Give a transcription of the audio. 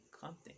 content